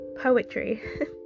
poetry